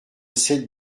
sept